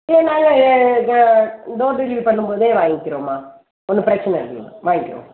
இல்லை நாங்கள் door delivery பண்ணும் போதே வாங்க்கிறோம்மா ஒன்றும் பிரச்சனை இல்லைம்மா வாங்க்கிறோம்